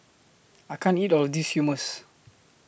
I can't eat All of This Hummus